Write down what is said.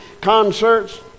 concerts